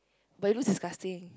but it looks disgusting